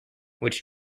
which